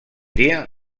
dia